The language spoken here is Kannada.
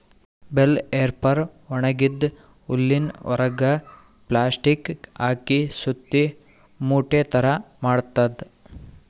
ಬೆಲ್ ರ್ಯಾಪರ್ ಒಣಗಿದ್ದ್ ಹುಲ್ಲಿನ್ ಹೊರೆಗ್ ಪ್ಲಾಸ್ಟಿಕ್ ಹಾಕಿ ಸುತ್ತಿ ಮೂಟೆ ಥರಾ ಮಾಡ್ತದ್